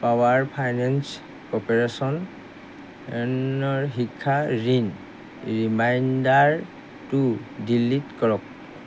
power finance কৰ্প'ৰেশ্যনৰ শিক্ষা ঋণ ৰিমাইণ্ডাৰটো ডিলিট কৰক